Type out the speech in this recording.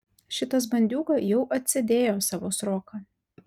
šitas bandiūga jau atsėdėjo savo sroką